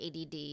ADD